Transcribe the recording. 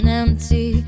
empty